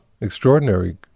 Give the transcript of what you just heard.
Extraordinary